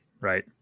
right